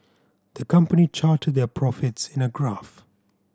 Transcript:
the company charted their profits in a graph